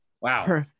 wow